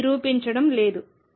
నేను నిరూపించడం లేదు